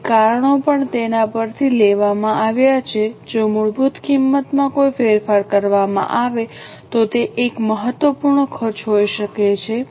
તેથી કારણો પણ તેના પરથી લેવામાં આવ્યા છે જો મૂળભૂત કિંમતમાં કોઈ ફેરફાર કરવામાં આવે તો તે એક મહત્વપૂર્ણ ખર્ચ હોઈ શકે છે